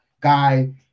guy